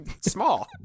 small